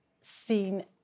seen